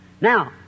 Now